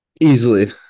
Easily